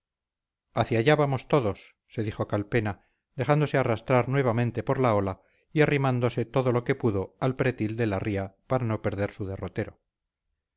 hacia allá vamos todos se dijo calpena dejándose arrastrar nuevamente por la ola y arrimándose todo lo que pudo al pretil de la ría para no perder su derrotero